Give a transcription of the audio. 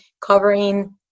covering